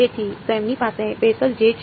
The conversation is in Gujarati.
તેથી તેમની પાસે બેસેલ J છે